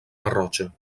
garrotxa